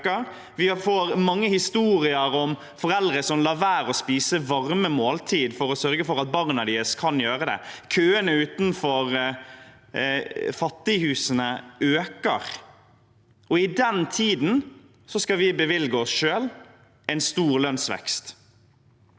Vi får mange historier om foreldre som lar være å spise varme måltider for å sørge for at barna deres kan gjøre det. Køene utenfor fattighusene øker – og i den tiden skal vi bevilge oss selv en stor lønnsvekst.